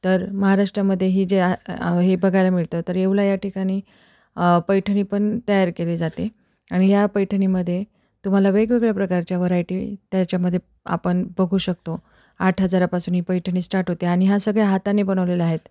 तर महाराष्ट्रामध्ये ही जे हे बघायला मिळतं तर येवला या ठिकाणी पैठणी पण तयार केली जाते आणि या पैठणीमध्ये तुम्हाला वेगवेगळ्या प्रकारच्या व्हरायटी त्याच्यामध्ये आपण बघू शकतो आठ हजारापासून ही पैठणी स्टार्ट होते आणि ह्या सगळ्या हाताने बनवलेल्या आहेत